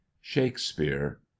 shakespeare